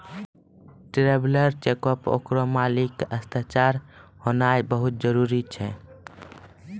traveller चेको पे ओकरो मालिक के हस्ताक्षर होनाय बहुते जरुरी छै